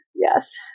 yes